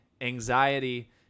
anxiety